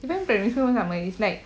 semua sama it's like